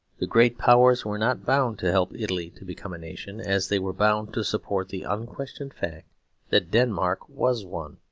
the great powers were not bound to help italy to become a nation, as they were bound to support the unquestioned fact that denmark was one.